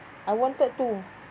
I wanted to